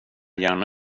gärna